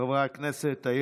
חברי הכנסת,